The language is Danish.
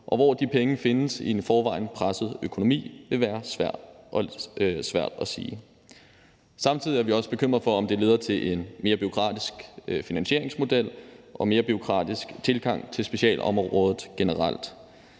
og hvor de penge skal findes i en forvejen presset økonomi, vil være svært at sige. Samtidig er vi også bekymret for, om det leder til en mere bureaukratisk finansieringsmodel og en mere bureaukratisk tilgang til specialområdet generelt.